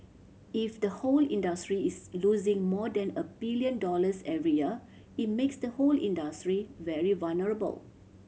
if the whole industry is losing more than a billion dollars every year it makes the whole industry very vulnerable